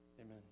Amen